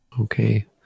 Okay